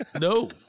No